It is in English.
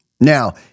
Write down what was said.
Now